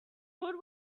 good